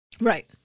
Right